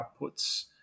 outputs